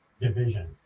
division